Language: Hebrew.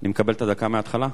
אני מקבל את הדקה מהתחלה?